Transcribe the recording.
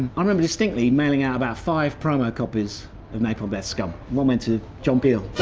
i remember distinctly mailing out about five promo copies of napalm death's scum. one went to john peele.